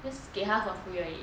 just 给他 for free 而已